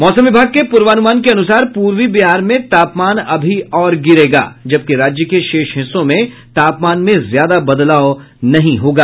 मौसम विभाग के पूर्वानुमान के अनुसार पूर्वी बिहार में तापमान अभी और गिरेगा जबकि राज्य के शेष हिस्सों में तापमान में ज्यादा बदलाव नहीं होगा